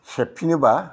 सेबफिनोबा